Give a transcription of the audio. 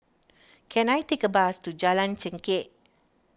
can I take a bus to Jalan Chengkek